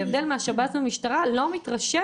להבדיל מנושא שב"ס ומשטרה אני לא מתרשמת